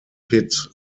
pit